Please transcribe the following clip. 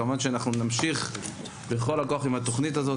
כמובן שנמשיך בכל הכוח עם התוכנית הזו.